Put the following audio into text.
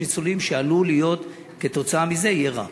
ניצולים שעלול להיות להם כתוצאה מזה רע.